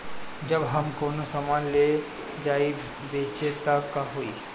जब हम कौनो सामान ले जाई बेचे त का होही?